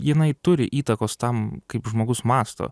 jinai turi įtakos tam kaip žmogus mąsto